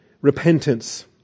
Repentance